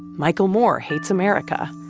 michael moore hates america,